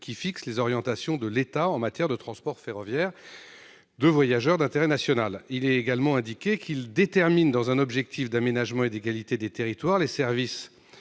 qui « fixe les orientations de l'État concernant les services de transport ferroviaire de voyageurs d'intérêt national ». Il est également indiqué que ce schéma « détermine, dans un objectif d'aménagement et d'égalité des territoires, les services